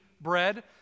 bread